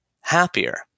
happier